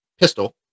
pistol